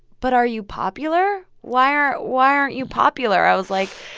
but are you popular? why are why aren't you popular? i was like,